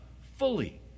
fully